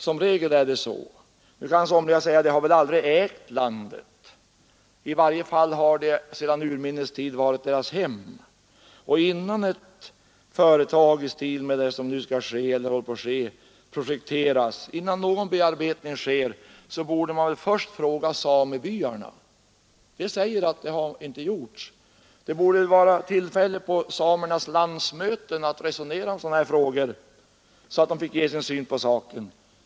Somliga kan säga: De har väl aldrig ägt landet. Men det har i varje fall sedan urminnes varit deras hem. Innan ett företag i stil med det som nu håller på att ske projekteras, innan någon bearbetning sker, borde man först fråga samebyarna. Det har inte gjorts. Det borde vara tillfälle på samernas landsmöten att resonera om sådana här frågor, så att de fick ge sin syn på saken.